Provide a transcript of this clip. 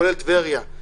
כולל בטבריה.